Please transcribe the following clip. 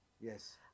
Yes